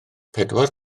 pedwar